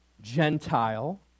Gentile